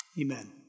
Amen